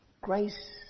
Grace